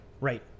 Right